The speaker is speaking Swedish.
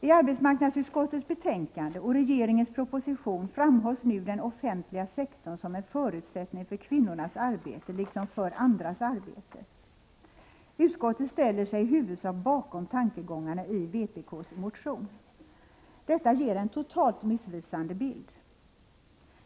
I arbetsmarknadsutskottets betänkande och regeringens proposition framhålls nu den offentliga sektorn som en förutsättning för kvinnornas arbete liksom för andras arbete. Utskottet ställer sig i huvudsak bakom tankegångarna i vpk:s motion. Detta ger en totalt missvisande bild.